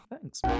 Thanks